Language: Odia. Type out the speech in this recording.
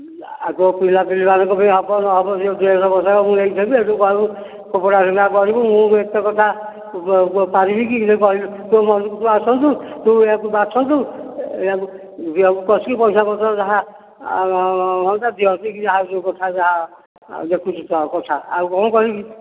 ଆଗ ପିଲାପିଲିମାନଙ୍କର ପାଇଁ ହେବ ନ ହେବ ଡ୍ରେସ୍ ପୋଷାକ ମୁଁ ଯାଇକି ଦେବି ହେଟୁ କହିବୁ ଫୋପଡ଼ା ଫିଙ୍ଗା କରିବୁ ମୁଁ ଏତେ କଥା ପାରିବିକି କହିଲୁ ତୁ ମନକୁ ତୁ ଆସନ୍ତୁ ତୁ ଇଆକୁ ବାଛନ୍ତୁ ବସିକି ପଇସା ପତ୍ର ଯାହା ହୁଅନ୍ତା ଦିଅନ୍ତି କି ଯାହା ଯେଉଁ କଥା ଯାହା ଆଉ ଦେଖୁଛୁ ତ କଥା ଆଉ କ'ଣ କହିବି